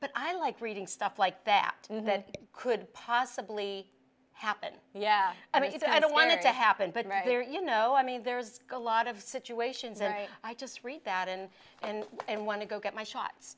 but i like reading stuff like that that could possibly happen yeah i mean i don't want it to happen but right there you know i mean there's a lot of situations and i just read that and and and want to go get my shots